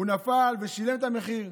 הוא נפל ושילם את המחיר.